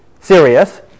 serious